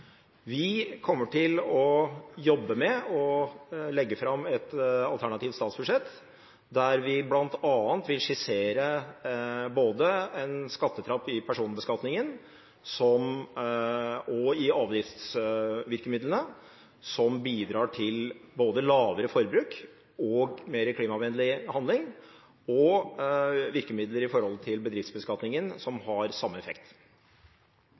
Vi kommer til å jobbe med å legge fram et alternativt statsbudsjett der vi bl.a. vil skissere en skattetrapp både i personbeskatningen og i avgiftsvirkemidlene som bidrar til både lavere forbruk og mer klimavennlig handling, og virkemidler i forhold til bedriftsbeskatningen som har samme effekt.